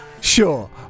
sure